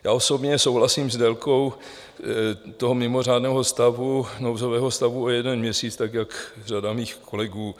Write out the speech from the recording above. Já osobně souhlasím s délkou toho mimořádného stavu, nouzového stavu, o jeden měsíc, tak jak řada mých kolegů.